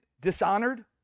dishonored